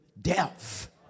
death